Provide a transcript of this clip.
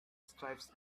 stripes